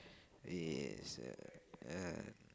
yes uh ah